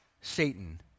Satan